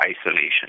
isolation